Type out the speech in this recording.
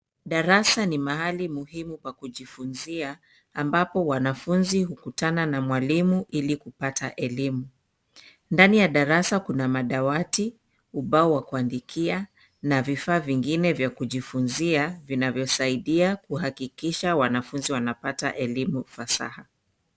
Darasa ni mahali muhimu pa kujifunzia ambapo wanafunzi hukutana na mwalimu Ili kupata elimu. Ndani ya darasa kuna madawati, ubao wa kuandikia na vifaa vingine vya kujifunzia vinavyosaidia kuhakikisha wanafunzi wanapata elimu fasaha.